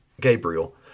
Gabriel